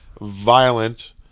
violent